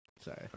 Sorry